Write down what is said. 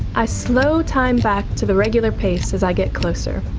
i slow time back to the regular pace as i get closer.